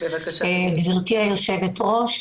גברתי היושבת-ראש,